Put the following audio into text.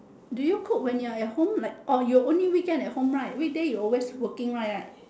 do you cook when you're at home like or you only weekend at home right weekday you always working right right